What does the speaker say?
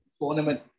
tournament